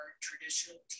traditional